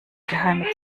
geheime